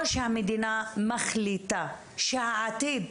או שהמדינה מחליטה שהעתיד